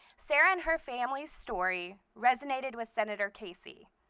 sara and her family's story resonated with senator casey.